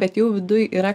bet jau viduj yra